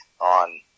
on